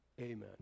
Amen